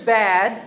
bad